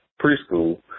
preschool